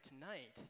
tonight